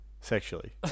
Sexually